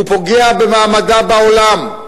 הוא פוגע במעמדה בעולם,